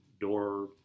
door